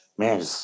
Man